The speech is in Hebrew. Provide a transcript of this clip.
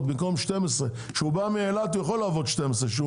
במקום 12. כשהוא בא מאילת הוא יכול לעבוד 12 שעות,